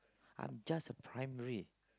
I'm just a primary